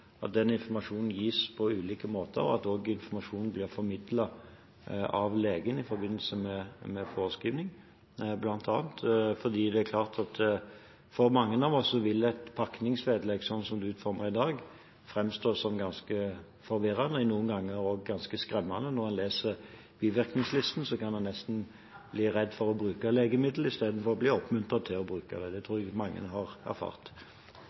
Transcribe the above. at den informasjonen gis på ulike måter, og at informasjonen også blir formidlet av legen, bl.a. i forbindelse med forskrivning, fordi det er klart at for mange av oss vil et pakningsvedlegg slik det er utformet i dag, framstå som ganske forvirrende og noen ganger også ganske skremmende. Når en leser bivirkningslisten, kan en nesten bli redd for å bruke legemiddelet istedenfor å bli oppmuntret til å bruke det. Det tror jeg mange har erfart.